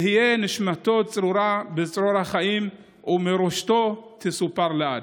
תהא נשמתו צרורה בצרור החיים, ומורשתו תסופר לעד.